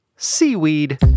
Seaweed